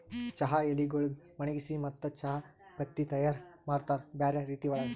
ಚಹಾ ಎಲಿಗೊಳಿಗ್ ಒಣಗಿಸಿ ಮತ್ತ ಚಹಾ ಪತ್ತಿ ತೈಯಾರ್ ಮಾಡ್ತಾರ್ ಬ್ಯಾರೆ ರೀತಿ ಒಳಗ್